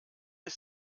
ist